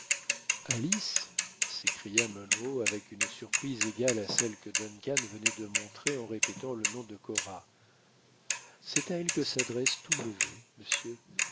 intéressante alice s'écria munro avec une surprise égale à celle que duncan venait de montrer en répétant le nom de koran c'est à elle que s'adressent tous mes vœux monsieur